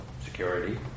security